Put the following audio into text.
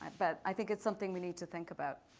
but i think it's something we need to think about.